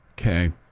Okay